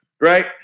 right